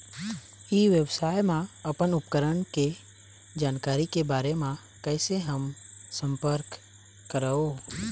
ई व्यवसाय मा अपन उपकरण के जानकारी के बारे मा कैसे हम संपर्क करवो?